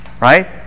Right